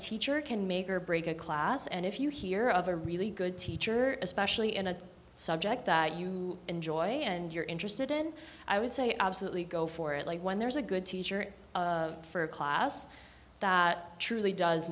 teacher can make or break a class and if you hear of a really good teacher especially in a subject that you enjoy and you're interested in i would say absolutely go for it like when there's a good teacher for a class that truly does